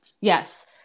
Yes